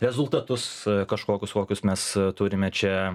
rezultatus kažkokius kokius mes turime čia